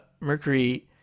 mercury